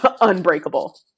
unbreakable